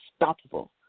unstoppable